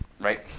Right